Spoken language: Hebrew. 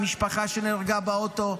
עם משפחה שנהרגה באוטו,